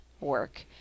work